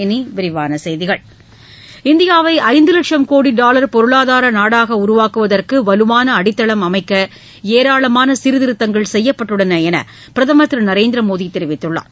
இனி விரிவான செய்திகள் இந்தியாவை ஐந்து லட்சும் கோடி டாலர் பொருளாதார நாடாக உருவாக்குவதற்கு வலுவான அடித்தளம் அமைக்க ஏராளமான சீர்திருத்தங்கள் செய்யப்பட்டுள்ளன என்று பிரதமா் திரு நரேந்திரமோடி தெரிவித்துள்ளார்